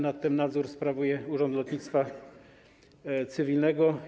Nad tym nadzór sprawuje Urząd Lotnictwa Cywilnego.